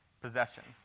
possessions